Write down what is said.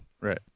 Right